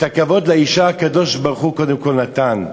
את הכבוד לאישה הקדוש-ברוך-הוא קודם כול נתן,